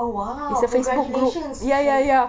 oh !wow! congratulations it's like